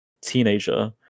teenager